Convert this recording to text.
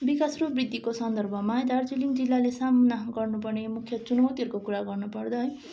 विकास र वृद्धिको सन्दर्भमा दार्जीलिङ जिल्लाले सामना गर्नुपर्ने मुख्य चुनौतीहरूको कुरा गर्नुपर्दा है